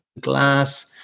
glass